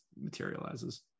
materializes